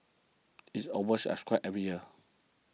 it's oversubscribed every year